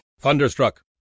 Thunderstruck